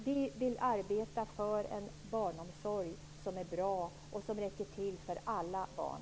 Vi vill arbeta för en barnomsorg som är bra och som räcker till för alla barn.